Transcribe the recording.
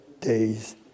days